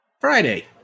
Friday